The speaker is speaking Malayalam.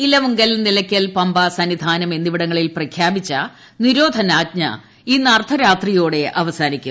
ഇലവുങ്കൽ നിലയ്ക്കൽ പമ്പ സന്നിധാനം എന്നിവിടങ്ങളിൽ നിരോധനാജ്ഞ പ്രഖ്യാപിച്ച ഇന്ന് അർദ്ധരാത്രിയോടെ അവസാനിക്കും